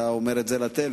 אתה אומר את זה לטלר,